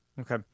Okay